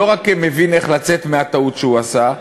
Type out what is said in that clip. לא רק מבין איך לצאת מהטעות שהוא עשה,